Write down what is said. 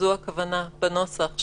שזו הכוונה בנוסח,